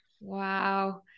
wow